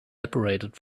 separated